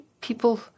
people